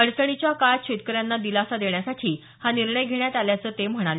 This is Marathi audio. अडचणीच्या काळात शेतकऱ्यांना दिलासा देण्यासाठी हा निर्णय घेण्यात आल्याचं ते म्हणाले